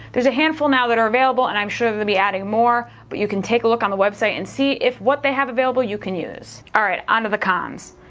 there's a handful now that are available and i'm sure they'll be adding more but you can take a look on the website and see if what they have available you can use. alright, on to the cons.